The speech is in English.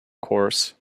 course